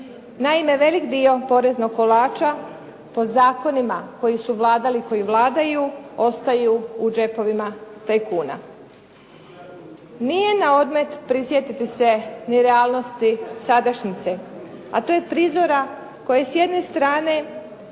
Naime, veliki dio poreznog kolača po zakonima koji su vladali i koji vladaju ostaju u džepovima tajkuna. Nije na odmet prisjetiti se ni realnosti sadašnjice a to je prizora koji s jedne strane